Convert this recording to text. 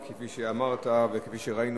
וכפי שאמרת וכפי שראינו,